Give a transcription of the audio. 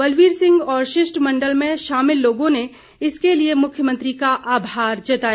बलवीर सिंह और शिष्टमंडल में शामिल लोगों ने इसके लिए मुख्यमंत्री का आभार जताया